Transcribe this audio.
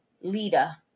Lita